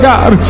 God